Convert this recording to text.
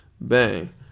Bang